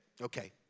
okay